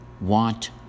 want